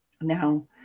now